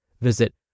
Visit